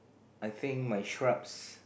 I think my scrubs